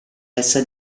elsa